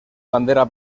bandera